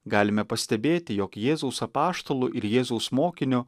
galime pastebėti jog jėzaus apaštalu ir jėzaus mokiniu